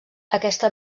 aquesta